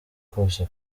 kose